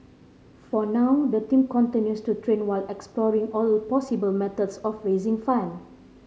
for now the team continues to train while exploring all possible methods of raising fund